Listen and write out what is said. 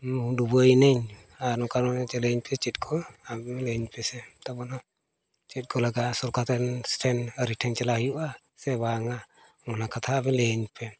ᱰᱩᱵᱟᱹᱭᱮᱱᱟᱹᱧ ᱟᱨ ᱱᱚᱝᱠᱟ ᱢᱟᱱᱮ ᱞᱟᱹᱭᱟᱹᱧ ᱯᱮ ᱪᱮᱫ ᱠᱚ ᱞᱟᱹᱭᱟᱹᱧ ᱯᱮᱥᱮ ᱛᱟᱵᱚᱱ ᱦᱟᱸᱜ ᱪᱮᱫ ᱠᱚ ᱞᱟᱜᱟᱜᱼᱟ ᱥᱚᱨᱠᱟᱨ ᱴᱷᱮᱱ ᱟᱹᱰᱤ ᱴᱷᱮᱱ ᱪᱟᱞᱟᱜ ᱦᱩᱭᱩᱜᱼᱟ ᱥᱮ ᱵᱟᱝᱟ ᱚᱱᱟ ᱠᱟᱛᱷᱟ ᱟᱹᱵᱤᱱ ᱞᱟᱹᱭᱟᱹᱧ ᱯᱮ